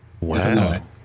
Wow